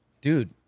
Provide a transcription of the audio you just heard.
dude